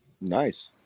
Nice